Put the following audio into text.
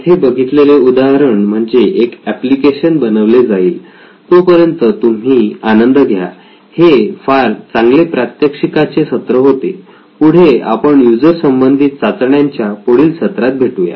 येथे बघितलेले उदाहरण म्हणजे एक एप्लिकेशन बनवले जाईल तोपर्यंत तुम्ही आनंद घ्या हे एक फार चांगले प्रात्यक्षिकाचे सत्र होते पुढे आपण युजर संबंधित चाचण्यांच्या पुढील सत्रात भेटूया